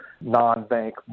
non-bank